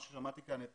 שמעתי כאן את